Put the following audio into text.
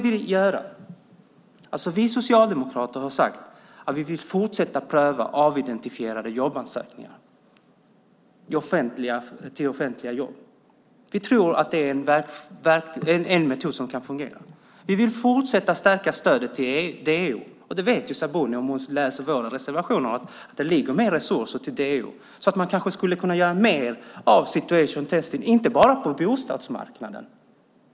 Vi socialdemokrater har sagt att vi vill fortsätta att pröva avidentifierade jobbansökningar till offentliga jobb. Vi tror att det är en metod som kan fungera. Vi vill fortsätta att stärka stödet till DO, och om Sabuni läser våra reservationer vet hon att vi lägger mer resurser till DO. Man kanske skulle kunna göra mer av situation testing och inte bara använda det på bostadsmarknaden.